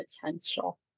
potential